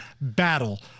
battle